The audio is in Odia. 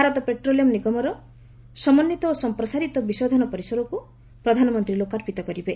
ଭାରତ ପେଟ୍ରୋଲିୟମ ନିଗମର ସମନ୍ୱିତ ଓ ସମ୍ପ୍ରସାରିତ ବିଶୋଧନା ପରିସରକୁ ପ୍ରଧାନମନ୍ତ୍ରୀ ଲୋକାର୍ପିତ କରିବେ